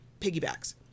piggybacks